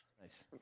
Nice